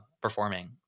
performing